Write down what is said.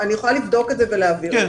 אני יכולה לבדוק את זה ולהעביר.